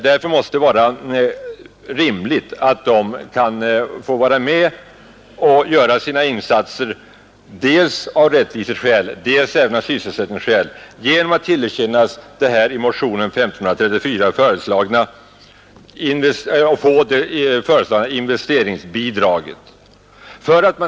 Därför måste det vara rimligt att de kan få vara med och göra sina insatser, dels av rättviseskäl, dels av sysselsättningsskäl, genom att tillerkännas det här i motionen 1534 föreslagna investeringsbidraget. Herr talman!